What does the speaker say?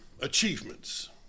achievements